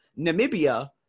Namibia